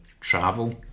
travel